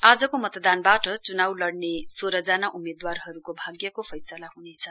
आजको मतदानलबाट च्नाउ लड़ने सोह्र जना उम्मेद्वारहरूको भाग्यको फैसला ह्नेछ